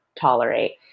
tolerate